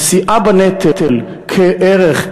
נשיאה בנטל כערך,